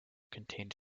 contained